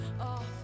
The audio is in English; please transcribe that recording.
off